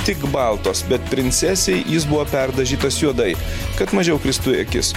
tik baltos bet princesei jis buvo perdažytas juodai kad mažiau kristų į akis